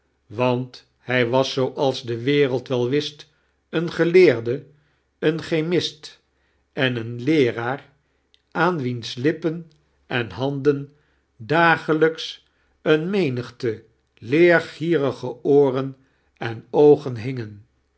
want hij wasi zooals de wereld wel wist een geleerde een chemist en een leeraar aan wiens lippen en handen dagelijiks een menigte leergiiarige ooren en oogen hingen